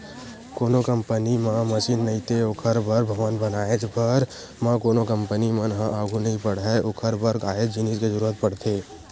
कोनो कंपनी म मसीन नइते ओखर बर भवन बनाएच भर म कोनो कंपनी मन ह आघू नइ बड़हय ओखर बर काहेच जिनिस के जरुरत पड़थे